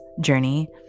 journey